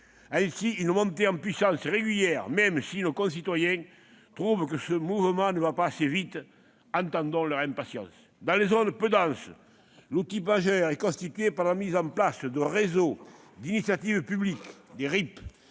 ainsi une montée en puissance régulière, même si nos concitoyens trouvent que le mouvement ne va pas assez vite. Entendons leur impatience. Dans les zones peu denses, l'outil majeur est constitué par la mise en place de réseaux d'initiative publique, les RIP,